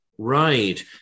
Right